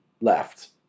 left